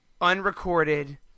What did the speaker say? unrecorded